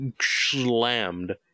slammed